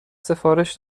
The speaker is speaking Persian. سفارش